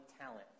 talent